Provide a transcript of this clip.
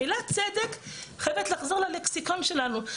המילה צדק חייבת לחזור ללקסיקון שלנו,